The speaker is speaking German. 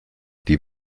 die